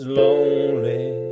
lonely